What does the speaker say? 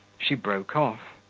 she broke off.